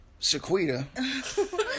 Sequita